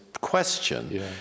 question